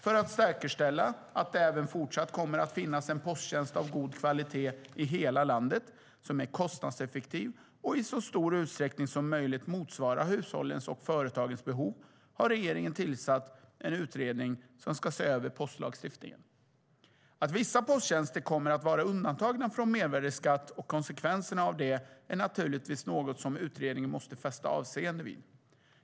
För att säkerställa att det även fortsatt kommer att finnas en posttjänst av god kvalitet i hela landet som är kostnadseffektiv och i så stor utsträckning som möjligt motsvarar hushållens och företagens behov har regeringen tillsatt en utredning som ska se över postlagstiftningen. Att vissa posttjänster kommer att vara undantagna från mervärdesskatt och vad som blir konsekvenserna av det är naturligtvis något som utredningen måste fästa avseende vid.